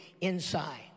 inside